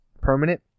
permanent